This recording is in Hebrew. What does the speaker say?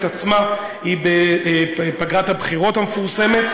עצמה היא בפגרת הבחירות המפורסמת.